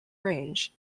range